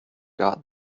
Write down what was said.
got